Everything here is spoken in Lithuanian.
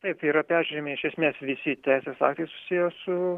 taip yra peržiūrimi iš esmės visi teisės aktai susiję su